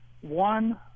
one